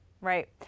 Right